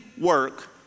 work